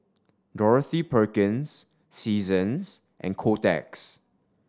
Dorothy Perkins Seasons and Kotex